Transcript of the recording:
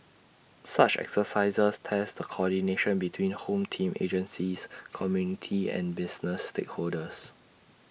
such exercises test the coordination between home team agencies community and business stakeholders